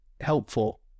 helpful